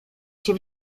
się